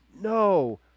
no